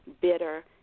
bitter